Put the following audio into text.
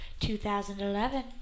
2011